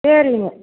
சரிங்க